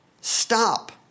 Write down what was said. Stop